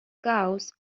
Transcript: cows